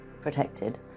protected